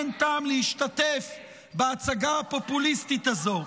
אין טעם להשתתף בהצגה הפופוליסטית הזו.